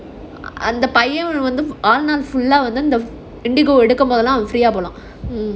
அந்த பையன் வாழ் நாள்:andha paiyan vaal naal Indigo எடுக்கும் போதெல்லாம்:edukum pothellaam free ah போனான்:ponaan hmm